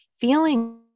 feeling